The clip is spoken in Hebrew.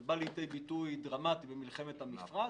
זה בא לידי ביטוי דרמטי במלחמת המפרץ,